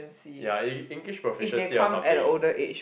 ya eng~ English proficiency or something